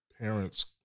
parents